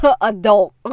adult